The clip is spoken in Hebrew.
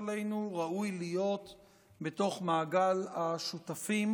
עלינו ראוי להיות בתוך מעגל השותפים,